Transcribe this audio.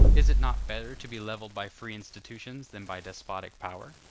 is it not better to be levelled by free institutions than by despotic power?